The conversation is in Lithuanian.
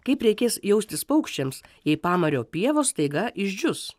kaip reikės jaustis paukščiams jei pamario pievos staiga išdžius